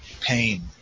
pain